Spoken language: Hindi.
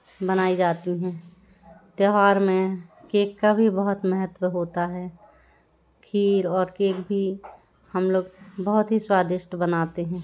बनाई जाती हैं त्यौहार में केक का भी बहुत महत्व होता है खीर और केक भी हम लोग बहुत ही स्वादिष्ट बनाते हैं